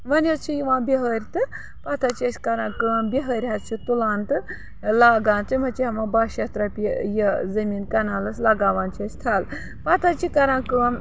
وۄنۍ حظ چھِ یِوان بِہٲرۍ تہٕ پَتہٕ حظ چھِ أسۍ کَران کٲم بِہٲرۍ حظ چھِ تُلان تہٕ لاگان تِم حظ چھِ ہٮ۪وان باہ شَتھ رۄپیہِ یہِ زٔمیٖن کَنالَس لاگاوان چھِ أسۍ تھَل پَتہٕ حظ چھِ کَران کٲم